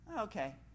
okay